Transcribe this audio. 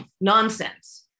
nonsense